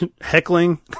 heckling